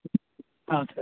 ہاں سر